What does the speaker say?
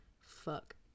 fuck